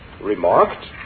remarked